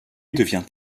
devient